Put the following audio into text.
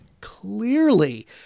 clearly